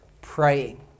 praying